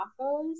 tacos